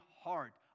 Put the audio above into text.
heart